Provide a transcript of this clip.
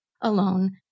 alone